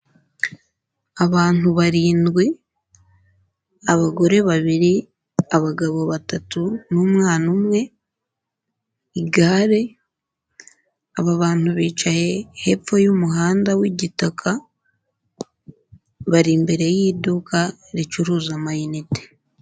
Abantu barindwi, abagore babiri, abagabo batatu n'umwana umwe, igare, aba bantu bicaye hepfo y'umuhanda w'igitaka bari imbere y'iduka ricuruza amayinite.